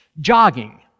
jogging